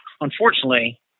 unfortunately